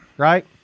right